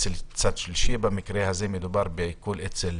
אצל צד שלישי במקרה הזה מדובר על עיקול אצל